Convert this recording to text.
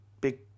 big